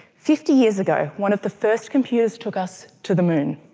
fifty years ago, one of the first computers took us to the moon.